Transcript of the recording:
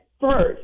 First